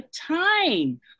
time